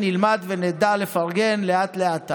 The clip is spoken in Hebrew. נלמד ונדע לפרגן לאט-לאט,